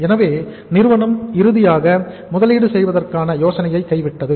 எனவே நிறுவனம் இறுதியாக முதலீடு செய்வதற்கான யோசனையை கைவிட்டது